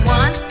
one